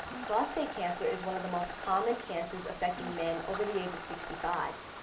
prostate cancer is one of the most common cancers affecting men over the age of sixty five.